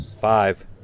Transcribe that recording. Five